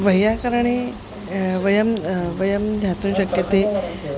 वय्याकरणे वयं वयं ध्यातुं शक्यते